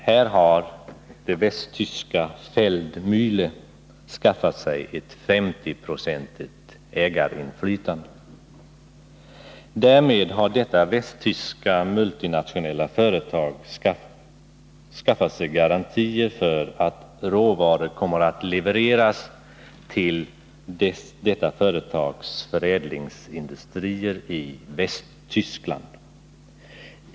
Här har västtyska Feldmänhle skaffat sig ett 50-procentigt ägarinflytande. Därmed har detta västtyska multinationella företag skaffat sig garantier för att råvaror kommer att levereras till detta företags förädlingsindustrier i Västtyskland.